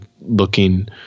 looking